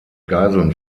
geiseln